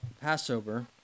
Passover